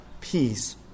peace